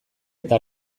eta